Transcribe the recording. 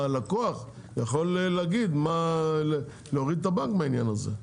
הלקוח יכול להגיד מה, להוריד את הבנק מהעניין הזה.